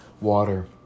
water